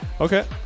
Okay